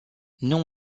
non